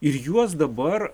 ir juos dabar